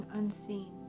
unseen